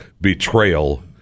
betrayal